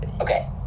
Okay